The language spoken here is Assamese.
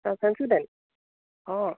অঁ চেনচুডাইন অঁ